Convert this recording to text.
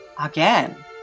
Again